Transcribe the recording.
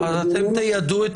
אתם תיידעו את